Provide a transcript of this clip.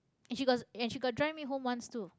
and she got and she got drive me home once too